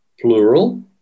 plural